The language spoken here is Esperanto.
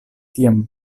tiam